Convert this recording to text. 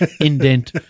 Indent